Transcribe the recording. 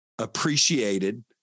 appreciated